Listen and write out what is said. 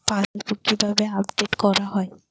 Passbook কিভাবে update করা হয়?